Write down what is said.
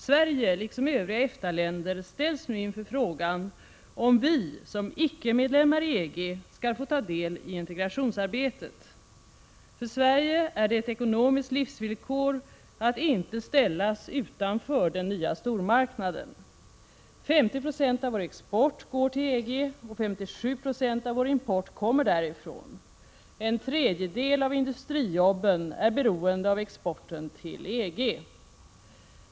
Sverige, liksom övriga EFTA-länder, ställs nu inför frågan om vi som icke-medlemmar i EG skall få ta del i integrationsarbetet. För Sverige är det ett ekonomiskt livsvillkor att inte ställas utanför den nya stormarknaden. 50 96 av vår export går till EG och 57 96 av vår import kommer därifrån. En tredjedel av industrijobben är beroende av exporten till EG.